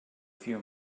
few